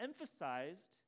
emphasized